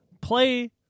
play